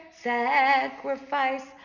sacrifice